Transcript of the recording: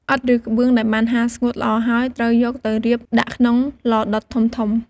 ឥដ្ឋ ឬក្បឿងដែលបានហាលស្ងួតល្អហើយ ត្រូវយកទៅរៀបដាក់ក្នុងឡដុតធំៗ។